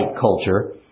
culture